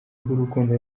bw’urukundo